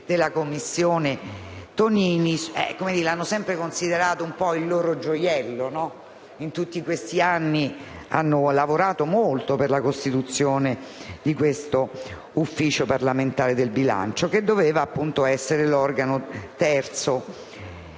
della Commissione bilancio Tonini hanno sempre considerato un po' come il loro gioiello: in tutti questi anni hanno lavorato molto per la costituzione dell'Ufficio parlamentare del bilancio, che doveva essere un organo terzo.